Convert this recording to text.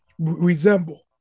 resemble